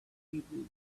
people